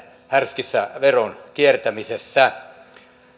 härskissä veronkiertämisessä